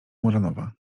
muranowa